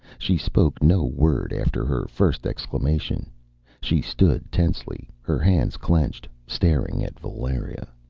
she spoke no word after her first exclamation she stood tensely, her hands clenched, staring at valeria.